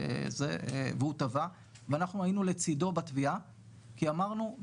והוא תבע ואנחנו היינו לצידו בתביעה כי אמרנו,